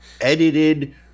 edited